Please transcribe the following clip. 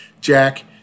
Jack